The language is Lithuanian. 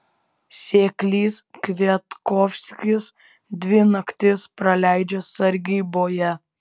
seklys kviatkovskis dvi naktis praleidžia sargyboje